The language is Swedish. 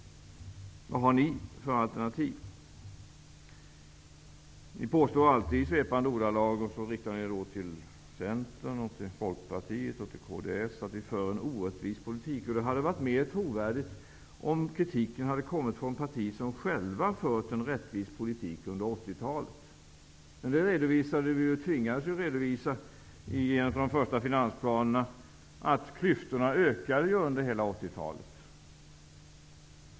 Vad har ni för alternativ? Ni påstår alltid i svepande ordalag att vi för en orättvis politik, och så riktar ni er till Centern, till Folkpartiet och till kds. Det hade varit mer trovärdigt om kritiken hade kommit från ett parti som fört en rättvis politik under 80-talet. Nu tvingades vi i en av de första finansplanerna redovisa att klyftorna hade ökat under hela 80 talet.